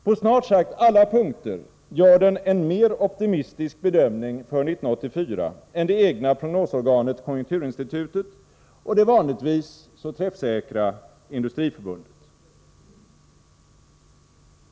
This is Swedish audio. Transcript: På snart sagt alla punkter gör den en mer optimistisk bedömning för 1984 än det egna prognosorganet konjunkturinstitutet och det vanligtvis så träffsäkra Industriförbundet.